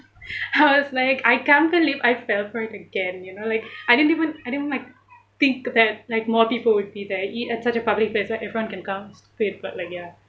I was like I can't believe I fell for it again you know like I didn't even I didn't even like think that like more people would be there e~ in such a public place where everyone can come stupid but like ya